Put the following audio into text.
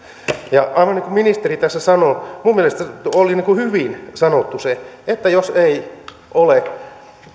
aivan niin kuin ministeri tässä sanoi minun mielestäni oli hyvin sanottu se että jos ei ole